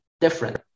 different